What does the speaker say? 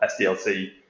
SDLC